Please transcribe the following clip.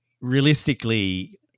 realistically